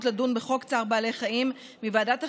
לדון בחוק צער בעלי חיים מוועדת החינוך,